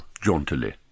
jauntily